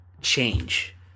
change